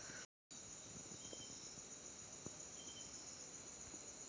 आयात आणि निर्यात ह्या आंतरराष्ट्रीय व्यापाराचो परिभाषित आर्थिक व्यवहार आसत